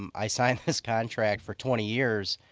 um i signed this contract for twenty years,